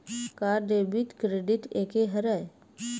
का debit credit एके हरय?